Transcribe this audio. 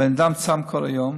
הבן אדם צם כל היום,